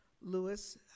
Lewis